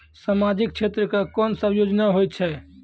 समाजिक क्षेत्र के कोन सब योजना होय छै?